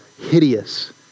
hideous